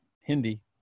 Hindi